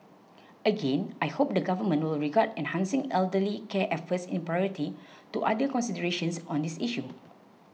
again I hope the Government will regard enhancing elderly care efforts in priority to other considerations on this issue